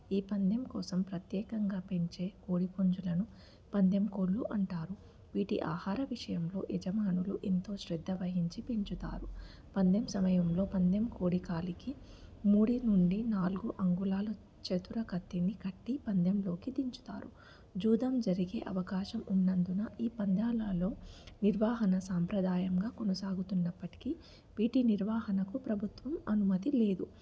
ఈ పందెం కోసం ప్రత్యేకంగా పెంచే కోడిపుంజులను పందెం కోళ్ళు అంటారు వీటి ఆహార విషయంలో యజమానులు ఎంతో శ్రద్ధ వహించి పెంచుతారు పందెం సమయంలో పందెంకోడి కాలికి మూడు నుండి నాలుగు అంగుళాలు చతుర కత్తిని కట్టి పందెంలోకి దించుతారు జూదం జరిగే అవకాశం ఉన్నందున ఈ పందాలలో నిర్వహణ సాంప్రదాయంగా కొనసాగుతున్నప్పటికీ వీటి నిర్వహణకు ప్రభుత్వం అనుమతి లేదు